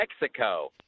Mexico